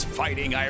fighting